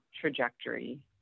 trajectory